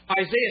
Isaiah